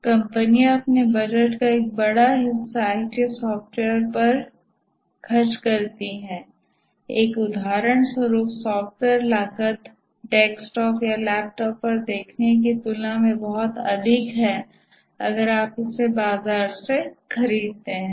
कंपनियां अपने बजट का एक बड़ा हिस्सा आईटी सॉफ्टवेयर पर में खर्च करती हैं एक उदाहरण स्वरुप सॉफ्टवेयर लागत डेस्कटॉप या लैपटॉप पर देखने की तुलना में बहुत अधिक है अगर आप इसे बाजार से खरीदते हैं